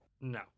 No